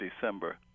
December